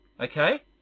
Okay